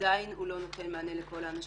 עדיין הוא לא נותן מענה לכל האנשים,